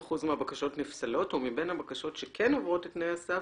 כ-80% מהבקשות נפסלות ומבין הבקשות שכן עוברות את תנאי הסף